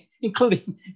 including